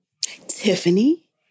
Tiffany